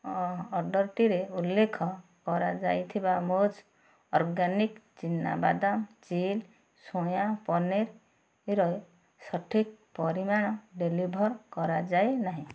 ଅର୍ଡ଼ର୍ଟିରେ ଉଲ୍ଲେଖ କରାଯାଇଥିବା ମୂଜ ଅର୍ଗାନିକ୍ ଚିନାବାଦାମ ଚିଲ୍ଲ ସୋୟା ପନିର୍ର ସଠିକ୍ ପରିମାଣ ଡେଲିଭର୍ କରାଯାଇ ନାହିଁ